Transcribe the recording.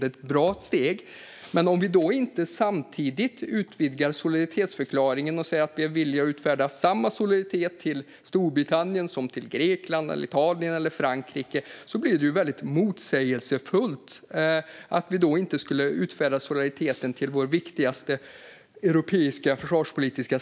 Men det blir väldigt motsägelsefullt om vi då inte utvidgar solidaritetsförklaringen och säger att vi är villiga att utfärda samma solidaritet till vår viktigaste europeiska försvarspolitiska samarbetspartner, alltså Storbritannien, som till Grekland, Italien eller Frankrike.